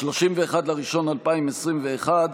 31 בינואר 2021,